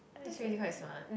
that's really quite smart